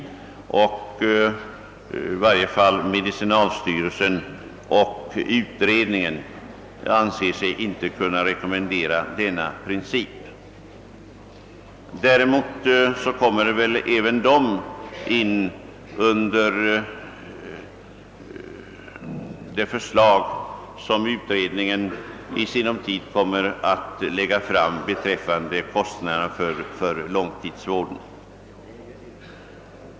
Medicinalstyrelsen och utredningen anser sig, inte kunna rekomendera denna princip. Däremot går väl även dessa människor in under det förslag som utredningen i sinom tid kommer att lägga fram beträffande kostnaderna för långtidsvården.